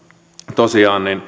tosiaan